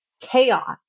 chaos